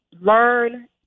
Learn